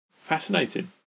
Fascinating